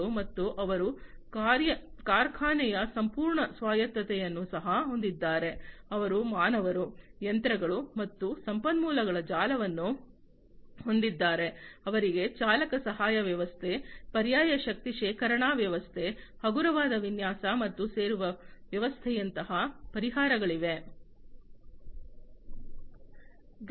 ಮತ್ತು ಅವರು ಕಾರ್ಖಾನೆಯ ಸಂಪೂರ್ಣ ಸ್ವಾಯತ್ತತೆಯನ್ನು ಸಹ ಹೊಂದಿದ್ದಾರೆ ಅವರು ಮಾನವರು ಯಂತ್ರಗಳು ಮತ್ತು ಸಂಪನ್ಮೂಲಗಳ ಜಾಲವನ್ನು ಹೊಂದಿದ್ದಾರೆ ಅವರಿಗೆ ಚಾಲಕ ಸಹಾಯ ವ್ಯವಸ್ಥೆ ಪರ್ಯಾಯ ಶಕ್ತಿ ಶೇಖರಣಾ ವ್ಯವಸ್ಥೆ ಹಗುರವಾದ ವಿನ್ಯಾಸ ಮತ್ತು ಸೇರುವ ವ್ಯವಸ್ಥೆಯಂತಹ ಪರಿಹಾರಗಳಿವೆ